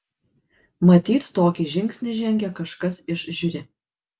matyt tokį žingsnį žengė kažkas iš žiuri